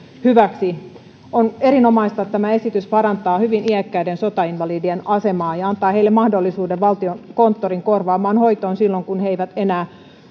hyväksi on erinomaista että tämä esitys parantaa hyvin iäkkäiden sotainvalidien asemaa ja antaa heille mahdollisuuden valtiokonttorin korvaamaan hoitoon silloin kun he eivät enää